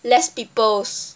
less people